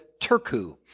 Turku